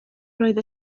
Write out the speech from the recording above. roedd